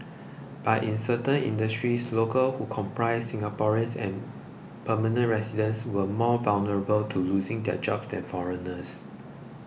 but in certain industries locals who comprise Singaporeans and permanent residents were more vulnerable to losing their jobs than foreigners